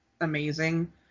amazing